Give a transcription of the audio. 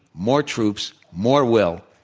more troops, more will.